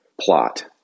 plot